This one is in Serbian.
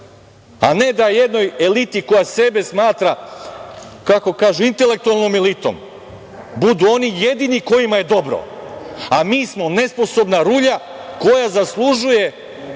a ne da jednoj eliti koja sebe smatra, kako kažu, intelektualnom elitom, budu oni jedini kojima je dobro, a mi smo nesposobna rulja koja zaslužuje